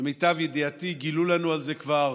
למיטב ידיעתי, גילו לנו על זה כבר